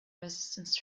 resistance